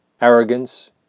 Arrogance